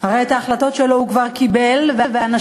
הרי את ההחלטות שלו הוא כבר קיבל ואנשים